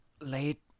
Late